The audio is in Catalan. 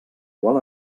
qual